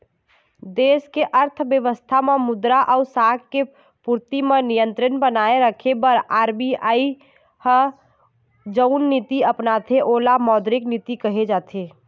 देस के अर्थबेवस्था म मुद्रा अउ साख के पूरति म नियंत्रन बनाए रखे बर आर.बी.आई ह जउन नीति अपनाथे ओला मौद्रिक नीति कहे जाथे